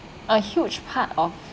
a huge part of